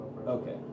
okay